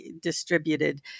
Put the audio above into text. distributed